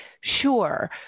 sure